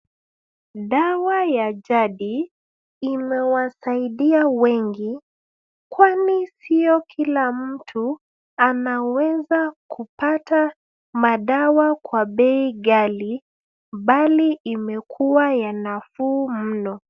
Dawa ya jadi imewasaidia wengi kwani sio kila mtu anaweza kupata madawa kwa bei ghali bali imekuwa ya nafuu mno.